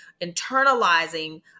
internalizing